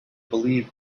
believe